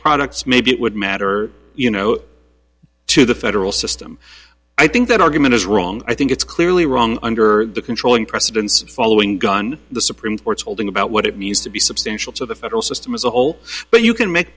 products maybe it would matter you know to the federal system i think that argument is wrong i think it's clearly wrong under the controlling precedents following gun the supreme court's holding about what it means to be substantial to the federal system as a whole but you can make